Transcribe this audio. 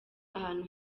ahantu